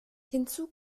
hinzu